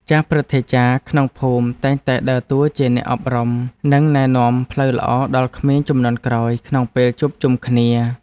ចាស់ព្រឹទ្ធាចារ្យក្នុងភូមិតែងតែដើរតួជាអ្នកអប់រំ និងណែនាំផ្លូវល្អដល់ក្មេងជំនាន់ក្រោយក្នុងពេលជួបជុំគ្នា។